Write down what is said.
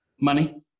money